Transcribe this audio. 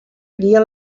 guien